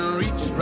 reach